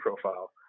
profile